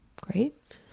great